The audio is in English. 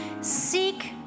seek